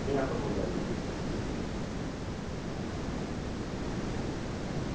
एह् up down करना